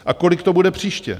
A kolik to bude příště?